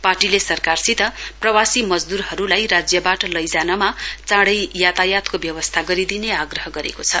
पार्टीले सरकारसित प्रवासी मजदूरहरुलाई राज्यवाट लैजानमा चाँडै यातायातको व्यवस्था गरिदिने आग्रह गरेको छ